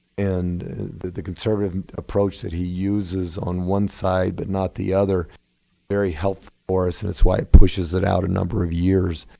and the conservative approach that he uses on one side but not the other very helpful for us, and it's why it pushes it out a number of years.